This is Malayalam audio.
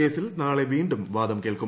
കേസിൽ നാളെ വീണ്ടും വാദം കേൾക്കും